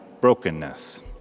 brokenness